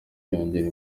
yongera